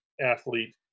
athlete